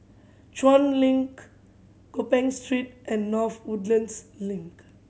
Chuan Link Gopeng Street and North Woodlands Link